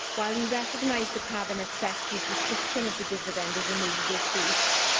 while we recognise the cabinet secretary's description of the dividend as a'moveable feast',